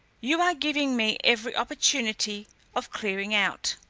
you are giving me every opportunity of clearing out.